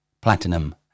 platinum